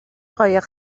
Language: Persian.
قایق